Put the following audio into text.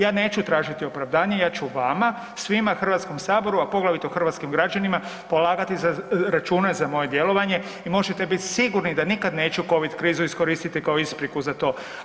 Ja neću tražiti opravdanje, ja ću vama, svima, HS-u, a poglavito hrvatskim građanima polagati račune za moje djelovanje i možete biti sigurni da nikad neću Covid krizu iskoristiti kao ispriku za to.